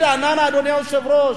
אדוני היושב-ראש,